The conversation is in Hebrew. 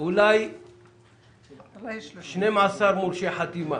אולי 12 מורשי חתימה.